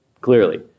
Clearly